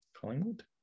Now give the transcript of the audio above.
Collingwood